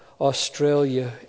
Australia